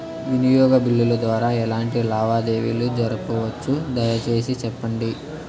వినియోగ బిల్లుల ద్వారా ఎట్లాంటి లావాదేవీలు జరపొచ్చు, దయసేసి సెప్పండి?